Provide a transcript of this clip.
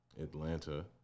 Atlanta